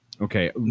Okay